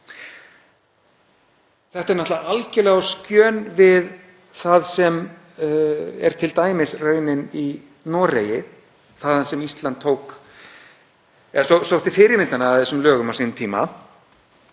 Þetta er náttúrlega algerlega á skjön við það sem er t.d. raunin í Noregi, þangað sem Ísland sótti fyrirmyndina að þessum lögum á sínum tíma,